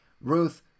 Ruth